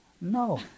No